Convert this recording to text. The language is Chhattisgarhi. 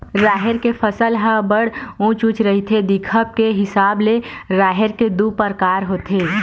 राहेर के फसल ह बड़ उँच उँच रहिथे, दिखब के हिसाब ले राहेर के दू परकार होथे